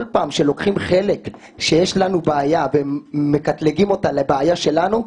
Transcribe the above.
כל פעם כשלוקחים חלק שיש לנו בעיה ומקטלגים אותה לבעיה שלנו,